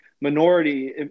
minority